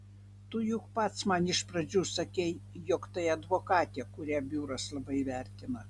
tu juk pats man iš pradžių sakei jog tai advokatė kurią biuras labai vertina